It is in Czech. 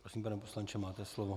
Prosím, pane poslanče, máte slovo.